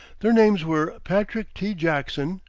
their names were patrick t. jackson,